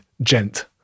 gent